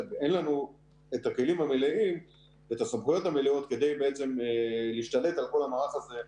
אין לנו את הסמכויות המלאות כדי בעצם להשתלט על כל המערך הזה.